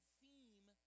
theme